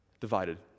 divided